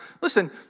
listen